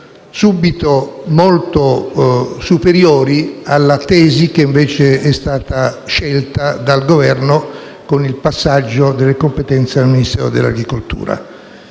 subito molto superiori alla soluzione che invece è stata scelta dal Governo, con il passaggio delle competenze al Ministero dell'agricoltura.